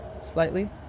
slightly